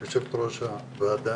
יושבת-ראש הוועדה,